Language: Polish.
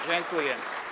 Dziękuję.